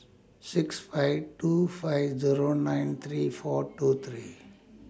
six five two five Zero nine three four two three